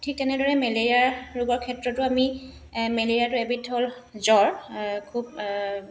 ঠিক তেনেদৰে মেলেৰিয়া ৰোগৰ ক্ষেত্ৰতো আমি মেলেৰিয়াটো এবিধ হ'ল জ্বৰ খুব